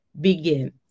begin